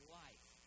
life